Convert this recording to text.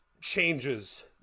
changes